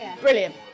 Brilliant